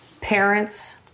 parents